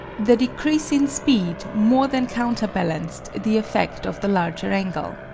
the decrease in speed more than counterbalanced the effect of the larger angle.